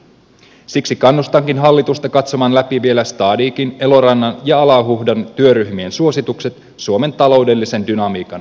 siksi kannustankin hallitusta katsomaan läpi vielä stadighin elorannan ja alahuhdan työryhmien suositukset suomen taloudellisen dynamiikan lisäämiseksi